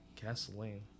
Gasoline